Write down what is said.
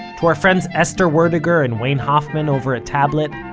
to our friends esther werdiger and wayne hoffman over at tablet.